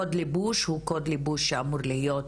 קוד לבוש הוא קוד לבוש שאמור להיות,